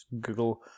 Google